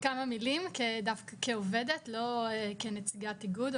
כמה מילים דווקא כעובדת, ולא כנציגת האיגוד.